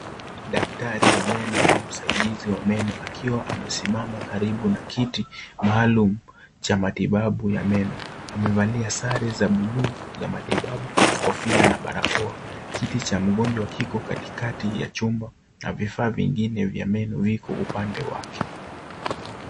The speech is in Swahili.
Daktari wa meno au msaidizi wa meno akiwa amesimama karibu na kiti maalum cha matibabu ya meno. Amevalia sare za bluu za matibabu, kofia na barakoa. Kiti cha mgonjwa kiko kati kati ya chumba na vifaa vingine vya meno viko upande wake.